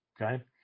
okay